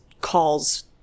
calls